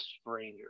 Stranger